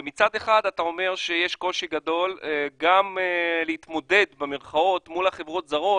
ומצד שני אתה אומר שיש קושי להתמודד מול חברות זרות